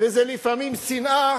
וזה לפעמים שנאה.